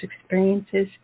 experiences